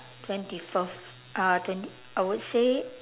twenty fourth uh twent~ I would say